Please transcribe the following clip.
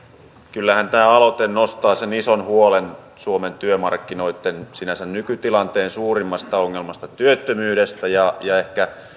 kyllähän tämä aloite nostaa sen ison huolen suomen työmarkkinoitten sinänsä nykytilanteen suurimmasta ongelmasta työttömyydestä ja ehkä